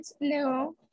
no